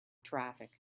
traffic